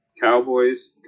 Cowboys